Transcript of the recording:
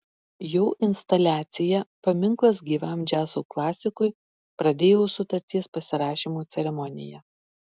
jo instaliacija paminklas gyvam džiazo klasikui pradėjo sutarties pasirašymo ceremoniją